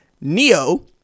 Neo